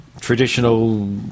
traditional